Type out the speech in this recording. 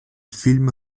film